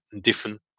different